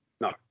No